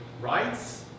rights